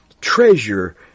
treasure